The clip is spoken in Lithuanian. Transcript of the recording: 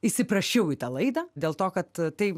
įsiprašiau į tą laidą dėl to kad tai